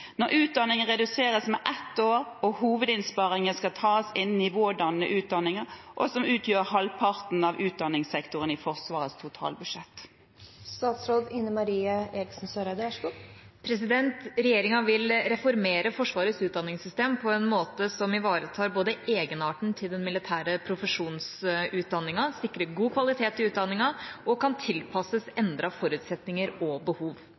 hovedinnsparingen skal tas innen nivådannende utdanninger, som utgjør halvparten av utdanningssektoren i Forsvarets totalbudsjett?» Regjeringa vil reformere Forsvarets utdanningssystem på en måte som både ivaretar egenarten til den militære profesjonsutdanningen, sikrer god kvalitet i utdanningen og kan tilpasses endrede forutsetninger og behov.